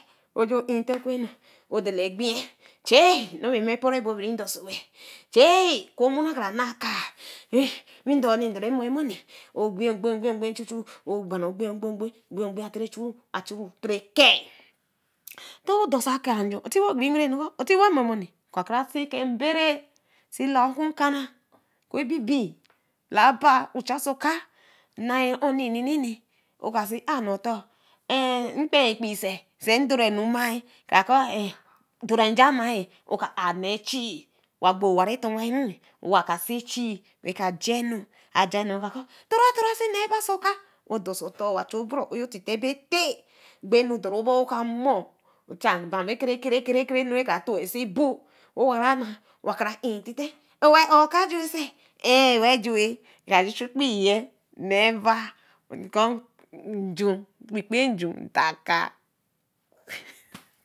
Wo ju intite ɛku nu wo dala gbii chaã norbe ma poro ɛbo bre dorso chaã oku mora kra naa ka we dor oni ndorra ɛmomoni wo gbi gbii chu-ɛh wo ba ogbi gbii gbii chu-ɛh wo ba ogbi gbii gbii a tre chu tre ker ntorse akaah otiwagbi okuru nukuu otiwa momoni ka kra si kr nbrae si k oku nkara-ɛh oku ɛbibu larba uru so kah naa. oni nene wo ka si ar nee otor nkpen kpii nene si ndornuma-ɛh kara kɔ̃ dora nja mu-ɛh kara kɔ̃ dora nja mu-ɛh wo ka ar nee ɛtch owa gbo owa retor-ɛh owa ka si ɛchi we ka ja-nu ajanu wo ka kɔ̃ tora tora sẽ nee ba oso ka we adori otor iwa chu obri ‘o’ tite bo teh ɛgbea-e dorobo ka mo ja bra kerekae-nu ka toi si abo owa kra intite ɛh we re wa ju wo ka ju chu ɛkpii yii neba nkɔ̃ ɛkpekpe ju dorakaass